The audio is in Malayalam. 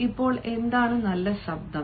ഇപ്പോൾ എന്താണ് നല്ല ശബ്ദം